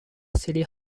city